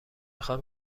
خوام